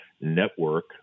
network